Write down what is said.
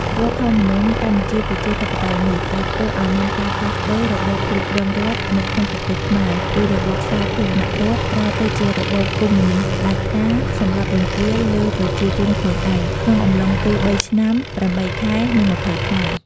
រដ្ឋធម្មនុញ្ញ កម្ពុជាប្រជាធិបតេយ្យនេះ ដែលធ្វើឲ្យមានការផ្លាសស់ប្តូររបបគ្រប់គ្រងរដ្ឋនៅក្នុងប្រទេសខ្មែរ ពីរបបសារធារណរដ្ឋ ប្រែទៅជារបសកុម្មុយនីស្តផ្តាច់ការ សម្លាប់រង្គាលលើប្រជាជនខ្លួនឯង ក្នុងអំឡុងពេលបីឆ្នាំ ៨ខែ និង ២០ថ្ងៃ។